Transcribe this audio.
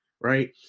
right